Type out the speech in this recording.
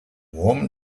warm